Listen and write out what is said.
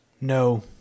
No